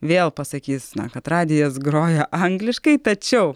vėl pasakys na kad radijas groja angliškai tačiau